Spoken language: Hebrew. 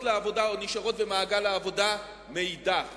לעבודה או נשארות במעגל העבודה מאידך גיסא.